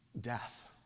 death